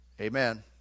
Amen